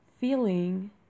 feeling